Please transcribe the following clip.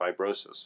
fibrosis